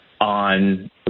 on